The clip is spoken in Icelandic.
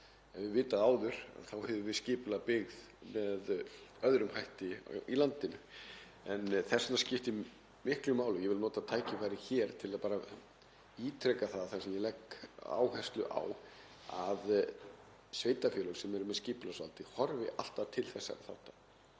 sem við vitum núna þá hefðum við skipulagt byggð með öðrum hætti í landinu. En þess vegna skiptir miklu máli, og ég vil nota tækifærið hér til að ítreka það sem ég legg áherslu á, að sveitarfélög, sem eru með skipulagsvaldið, horfi alltaf til þessara þátta,